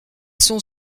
sont